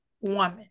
woman